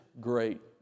great